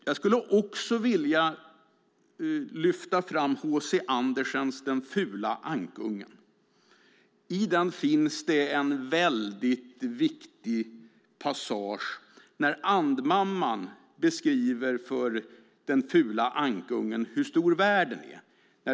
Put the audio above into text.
Jag skulle också vilja lyfta fram H C Andersens Den fula ankungen . I den finns det en passage där ankmamman beskriver för den fula ankungen hur stor världen är.